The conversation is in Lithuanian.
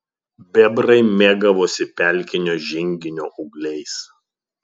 bebrai mėgavosi pelkinio žinginio ūgliais